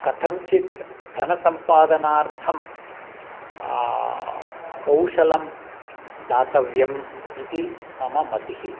कथञ्चित् धनसम्पादनार्थं कौशलं दातव्यम् इति मम मतिः